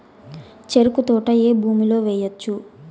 చెరుకు తోట ఏ భూమిలో వేయవచ్చు?